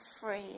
free